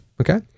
Okay